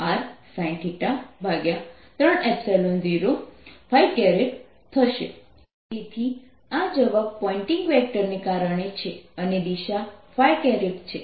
જ્યારે rR S 2Rsinθ30 તેથી આ જવાબ પોઇંટિંગ વેક્ટર ને કારણે છે અને દિશા છે